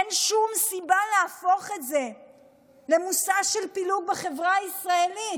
אין שום סיבה להפוך את זה למושא של פילוג בחברה הישראלית.